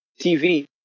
TV